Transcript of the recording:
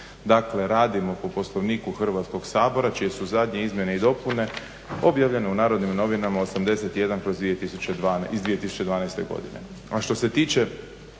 Dakle, radimo po Poslovniku Hrvatskog sabora čije su zadnje izmjene i dopune objavljene u Narodnim novinama 81/2012. godine. A što se tiče